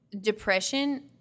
depression